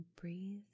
Breathe